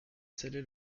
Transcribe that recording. scellé